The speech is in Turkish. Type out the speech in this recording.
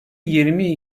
yirmi